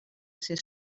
ser